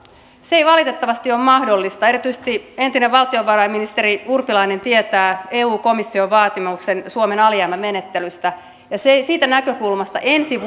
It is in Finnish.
se ei valitettavasti ole mahdollista erityisesti entinen valtiovarainministeri urpilainen tietää eun komission vaatimuksen suomen alijäämämenettelystä siitä näkökulmasta ensi